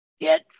get